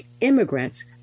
immigrants